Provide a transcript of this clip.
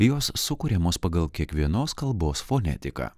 jos sukuriamos pagal kiekvienos kalbos fonetiką